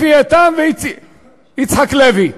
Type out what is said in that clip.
אפי איתם ויצחק לוי.